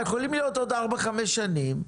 יכולים להיות עוד ארבע-חמש שנים,